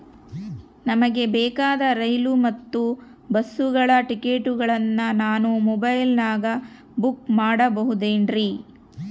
ನಮಗೆ ಬೇಕಾದ ರೈಲು ಮತ್ತ ಬಸ್ಸುಗಳ ಟಿಕೆಟುಗಳನ್ನ ನಾನು ಮೊಬೈಲಿನಾಗ ಬುಕ್ ಮಾಡಬಹುದೇನ್ರಿ?